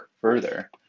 further